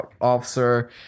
officer